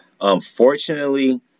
unfortunately